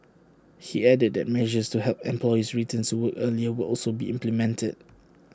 he added that measures to help employees returns to work earlier will also be implemented